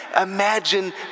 Imagine